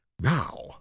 Now